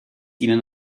ihnen